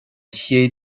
chéad